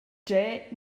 gie